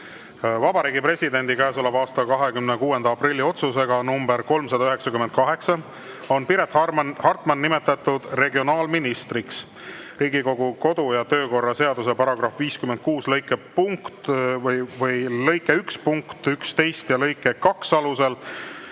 Vabariigi Presidendi käesoleva aasta 26. aprilli otsusega nr 398 on Piret Hartman nimetatud regionaalministriks. Riigikogu kodu- ja töökorra seaduse § 56 lõike 1 punkti 11 ja lõike 2 alusel